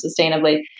sustainably